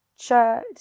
shirt